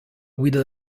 guida